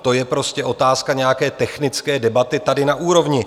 To je prostě otázka nějaké technické debaty tady na úrovni.